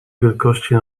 wielkości